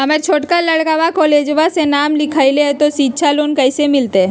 हमर छोटका लड़कवा कोलेजवा मे नाम लिखाई, तो सिच्छा लोन कैसे मिलते?